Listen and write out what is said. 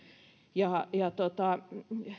ja